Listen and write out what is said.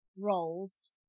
roles